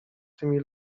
tymi